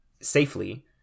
safely